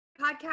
podcast